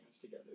together